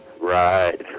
Right